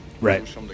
Right